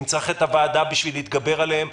אם צריך את הוועדה בשביל להתגבר עליהם,